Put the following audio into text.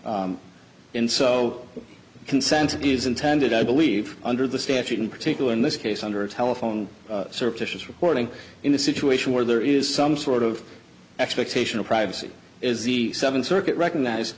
in so consent is intended i believe under the statute in particular in this case under a telephone services reporting in a situation where there is some sort of expectation of privacy is the seventh circuit recognize